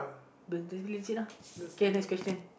but that's it lah okay next question